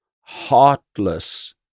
heartless